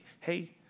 hey